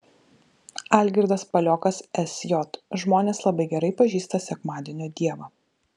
algirdas paliokas sj žmonės labai gerai pažįsta sekmadienio dievą